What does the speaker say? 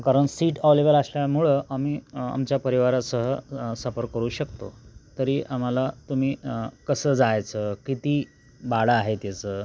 कारण seat available असल्यामुळं आम्ही आमच्या परिवारासह सफर करू शकतो तरी आम्हाला तुम्ही कसं जायचं किती भाडं आहे त्याचं